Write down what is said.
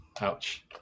Ouch